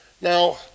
Now